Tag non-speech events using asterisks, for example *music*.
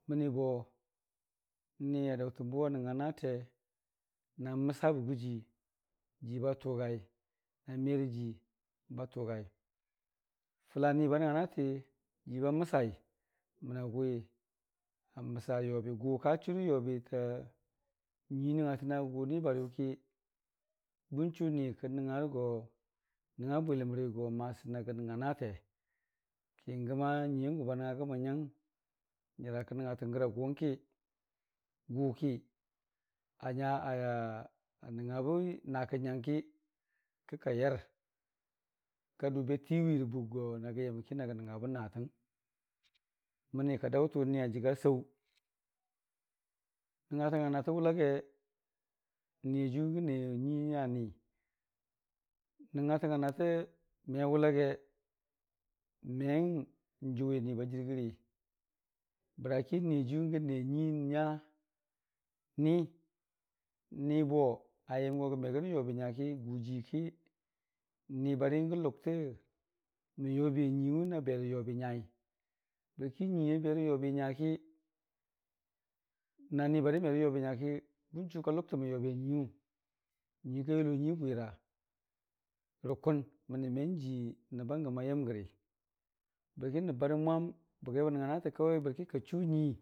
mənibo ni adaʊtən bʊwa nəng nga naatee na məsabə guji, jiiba tʊgaina merəjiiba tʊgai, fəla niba nəngnga naati jiiba məsai məna gʊwi aməsa, yobi gʊka churɨ yobita nyuii nəngngatəna gʊnibariyʊki bən chunikə nəngngarə go nəngnga bwiləm rigo masi nagə nəngnga naata ki gəma nyiiyangʊba nəng nga gəmən nyang nyərakə nəngngatən gəra gʊurung ki gʊki a nyabə *hesitation* a nəng ngabə nakə nyangki kayar kadʊ abe tiiwiirə buk nagə yəmki nagə nəngngabə naatəng, mənika daʊtəwe ni ajəga sau, nəngnatang a naatə wʊlagge n'niyajiiyu gəne nyuii nyani nəngngatang a naate mewʊ lagge men jʊwi niba jɨrgəri bəraki niyajiiyu gəne nyuiinya ni, nibo ayəm gəme gənə yobi nyaki gʊjiiki n'nibari gə ləb tə yobiya nyuiiyu nyuiinabe rə yobi nyai bərkə nyuii abe rə yobinyaki na nibari merə yobi nyaki bən chuka ləbtə mən yobi a nyuiiyen, nyuiika yulo nyuii bʊsira rə kʊn məni menjii nəbbbəngəm ayəm gəri bəkə nəbbə barəm mwam bəgai *unintelligible* bərki ka chu nyuii.